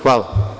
Hvala.